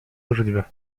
możliwe